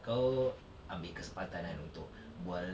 kau ambil kesempatan kan untuk bual